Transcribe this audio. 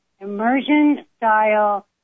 immersion-style